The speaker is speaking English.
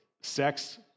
sex